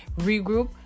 regroup